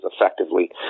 effectively